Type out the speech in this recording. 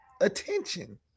attention